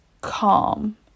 calm